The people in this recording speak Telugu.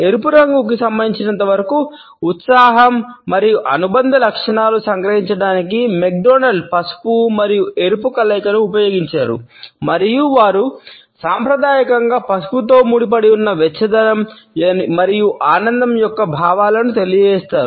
ఎరుపు రంగుకు సంబంధించినంతవరకు ఉత్సాహం యొక్క అనుబంధ లక్షణాలను సంగ్రహించడానికి మెక్డొనాల్డ్ పసుపు మరియు ఎరుపు కలయికను ఉపయోగించారు మరియు వారు సాంప్రదాయకంగా పసుపుతో ముడిపడి ఉన్న వెచ్చదనం మరియు ఆనందం యొక్క భావాలను తెలియజేస్తారు